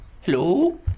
Hello